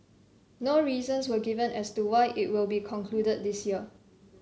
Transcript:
no reasons were given as to why it will be concluded this year